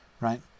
right